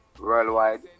worldwide